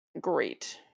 great